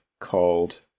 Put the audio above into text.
called